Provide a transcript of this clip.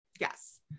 Yes